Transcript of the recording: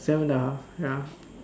seven the half ya